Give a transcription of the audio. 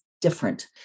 different